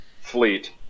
fleet